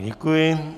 Děkuji.